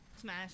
Smash